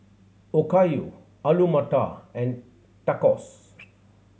Okayu Alu Matar and Tacos